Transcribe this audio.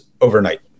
overnight